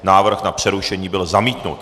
Návrh na přerušení byl zamítnut.